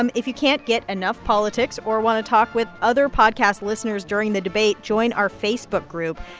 um if you can't get enough politics or want to talk with other podcast listeners during the debate, join our facebook group.